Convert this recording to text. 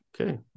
Okay